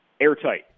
airtight